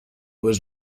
was